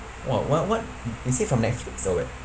wha~ what what is it from netflix or what